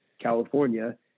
California